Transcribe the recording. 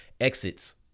exits